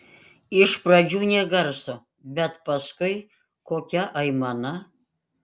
iš pradžių nė garso bet paskui kokia aimana